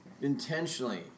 Intentionally